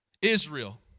Israel